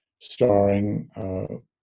starring